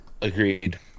agreed